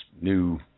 new